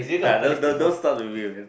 ya don't don't don't stop the